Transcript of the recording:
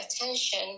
attention